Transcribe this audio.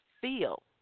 feel